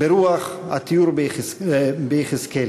ברוח התיאור ביחזקאל: